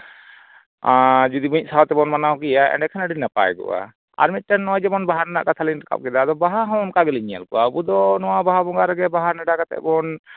ᱟᱨ ᱡᱩᱫᱤ ᱢᱤᱫ ᱥᱟᱶᱛᱮᱵᱚᱱ ᱢᱟᱱᱟᱣ ᱠᱮᱭᱟ ᱮᱸᱰᱮᱠᱷᱟᱱ ᱱᱟᱯᱟᱭ ᱠᱚᱜᱼᱟ ᱟᱨ ᱢᱤᱫᱴᱟᱱ ᱱᱚᱜᱼᱚᱭ ᱡᱮᱢᱚᱱ ᱵᱟᱦᱟ ᱨᱮᱱᱟᱜ ᱠᱟᱛᱷᱟ ᱞᱤᱧ ᱨᱟᱠᱟᱵ ᱠᱮᱫᱟ ᱟᱫᱚ ᱵᱟᱦᱟ ᱦᱚᱸ ᱚᱱᱠᱟᱜᱮᱞᱤᱧ ᱧᱮᱞ ᱠᱚᱣᱟ ᱟᱵᱚ ᱫᱚ ᱱᱚᱣᱟ ᱵᱟᱦᱟ ᱵᱚᱸᱜᱟ ᱨᱮᱜᱮ ᱵᱟᱦᱟ ᱱᱮᱸᱰᱟ ᱠᱟᱛᱮ ᱵᱚᱱ